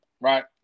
Right